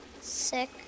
sick